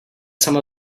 some